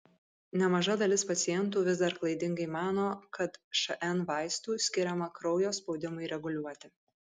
nemaža dalis pacientų vis dar klaidingai mano kad šn vaistų skiriama kraujo spaudimui reguliuoti